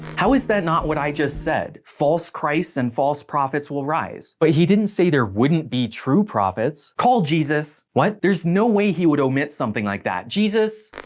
how is that not what i just said? false christs and false prophets will rise. but he didn't say there wouldn't be true prophets. call jesus. what? there's no way he would omit something like that, jesus!